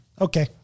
Okay